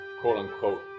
quote-unquote